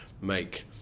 make